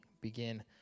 Begin